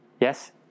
Yes